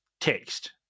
text